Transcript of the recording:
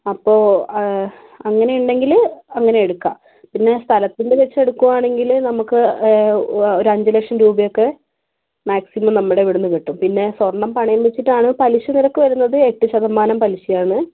അപ്പോൾ അങ്ങനെയുണ്ടെങ്കിൽ അങ്ങനെ എടുക്കാം പിന്നെ സ്ഥലത്തിൻ്റെ വച്ച് എടുക്കുകയാണെങ്കിൽ നമുക്ക് ഒരു അഞ്ച് ലക്ഷം രൂപയൊക്കെ മാക്സിമം നമ്മുടെ ഇവിടുന്ന് കിട്ടും പിന്നെ സ്വർണ്ണം പണയം വെച്ചിട്ടാണ് പലിശനിരക്ക് വരുന്നത് എട്ട് ശതമാനം പലിശയാണ്